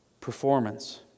performance